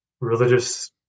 religious